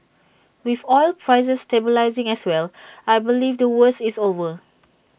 with oil prices stabilising as well I believe the worst is over